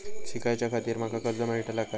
शिकाच्याखाती माका कर्ज मेलतळा काय?